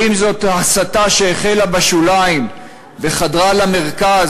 ואם זו הסתה שהחלה בשוליים וחדרה למרכז